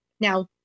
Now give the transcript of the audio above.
Now